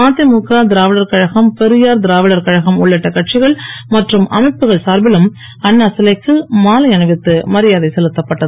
மதிமுக திராவிடர் கழகம் பெரியார் திராவிடர் கழகம் உள்ளிட்ட கட்சிகள் மற்றும் அமைப்புகள் சார்பிலும் அண்ணா சிலைக்கு மாலை அணிவித்து மரியாதை செலுத்தப்பட்டது